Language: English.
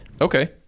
okay